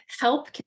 Help